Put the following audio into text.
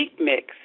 mix